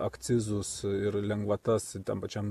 akcizus ir lengvatas tam pačiam